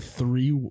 three